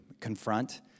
confront